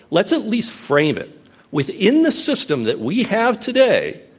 let's at least frame it within the system that we have today,